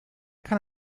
kann